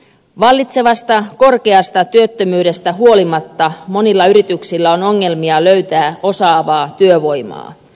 vallitsevasta korkeasta työttömyydestä huolimatta monilla yrityksillä on ongelmia löytää osaavaa työvoimaa